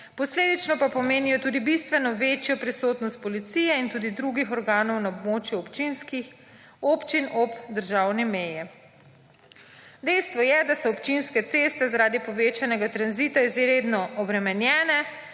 posledično pa pomenijo tudi bistveno večjo prisotnost policije in tudi drugih organov na območju občinskih, občin ob državni meji. Dejstvo je, da so občinske ceste zaradi povečanega tranzita izredno obremenjene,